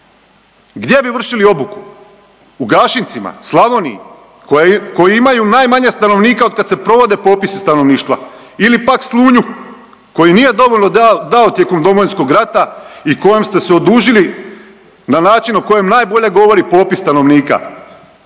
Gdje bi vršili obuku? U Gašincima, Slavoniji, koji imaju najmanje stanovnika otkad se provode popisi stanovništva ili pak Slunju koji nije dovoljno dao tijekom Domovinskog rata i kojem ste se odužili na način o kojem najbolje govori popis stanovnika.